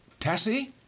Tassie